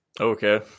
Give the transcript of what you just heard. Okay